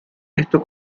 esto